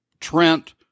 Trent